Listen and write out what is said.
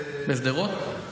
בשדרות?